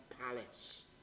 palace